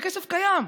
זה כסף קיים.